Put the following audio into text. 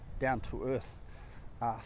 down-to-earth